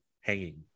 hanging